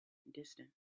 distant